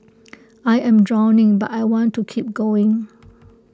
I am drowning but I want to keep going